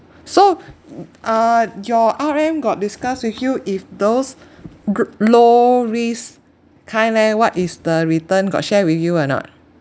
so uh your R_M got discuss with you if those gr~ low risk kind leh what is the return got share with you or not